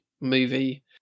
movie